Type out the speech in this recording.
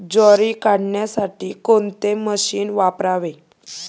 ज्वारी काढण्यासाठी कोणते मशीन वापरावे?